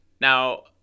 Now